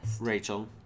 Rachel